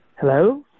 Hello